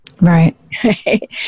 Right